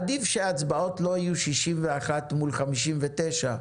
עדיף שההצבעות לא יהיו 61 מול 59,